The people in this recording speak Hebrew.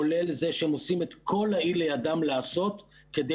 כולל זה שהם עושים את כל לאל ידם לעשות כדי